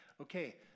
Okay